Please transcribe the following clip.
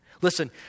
Listen